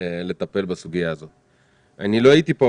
אני לא הייתי פה,